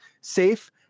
safe